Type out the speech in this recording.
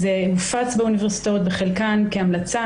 זה מופץ באוניברסיטאות בחלקן כהמלצה.